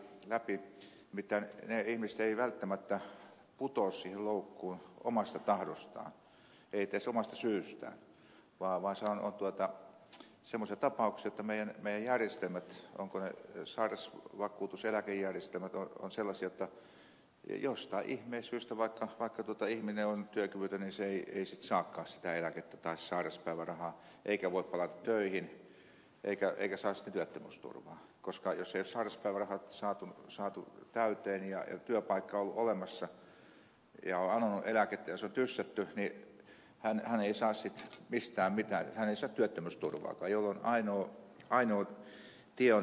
nimittäin ne ihmiset eivät välttämättä putoa siihen loukkuun omasta tahdostaan eivät edes omasta syystään vaan on semmoisia tapauksia että meidän järjestelmämme ovatko ne sairausvakuutus tai eläkejärjestelmät ovat sellaisia jotta jostain ihmeen syystä vaikka ihminen on työkyvytön hän ei saakaan eläkettä tai sairauspäivärahaa eikä voi palata töihin eikä saa sitten työttömyysturvaa koska jos ei ole sairauspäivärahoja saatu täyteen ja työpaikka on ollut olemassa ja on anonut eläkettä ja se on tyssätty hän ei saa mistään mitään hän ei saa työttömyysturvaakaan jolloin ainoa tie on saada toimeentulotukea